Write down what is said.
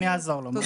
אני אעזור לו.